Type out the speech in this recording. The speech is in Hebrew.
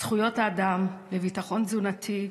זכויות האדם לביטחון תזונתי,